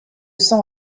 sans